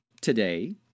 today